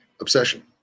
obsession